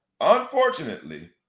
unfortunately